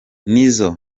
nizzo